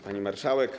Pani Marszałek!